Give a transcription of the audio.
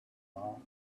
all